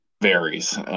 varies